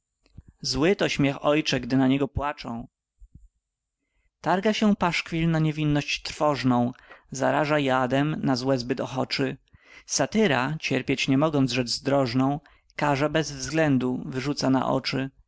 tłumaczą złyto śmiech ojcze gdy na niego płaczą targa się paszkwil na niewinność trwożną zaraża jadem na złe zbyt ochoczy satyra cierpieć nie mogąc rzecz zdrożną karze bez względu wyrzuca na oczy